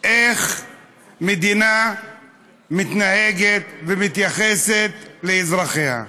איך מדינה מתנהגת ומתייחסת לאזרחיה.